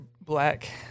black